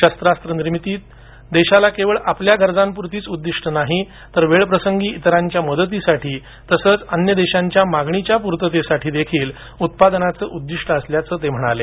शस्त्रास्त निर्मितीत देशाला केवळ आपल्या गरजा पुरतीच उद्दिष्ट नाही तर वेळ प्रसंगी इतरांच्या मदतीसाठी तसंच अन्य देशांच्या मागणी पूर्तीसाठी देखील उत्पादनाचं उद्दिष्ट असल्याचं ते म्हणाले